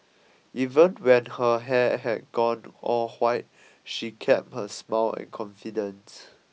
even when her hair had gone all white she kept her smile and confidence